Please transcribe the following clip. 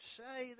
say